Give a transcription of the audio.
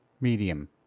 Medium